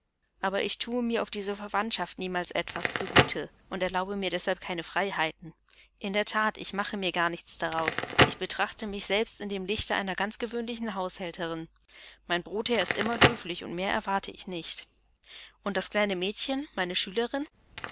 aber ich thue mir auf diese verwandtschaft niemals etwas zu gute und erlaube mir deshalb keine freiheiten in der that ich mache mir gar nichts daraus ich betrachte mich selbst in dem lichte einer ganz gewöhnlichen haushälterin mein brotherr ist immer höflich und mehr erwarte ich nicht und das kleine mädchen meine schülerin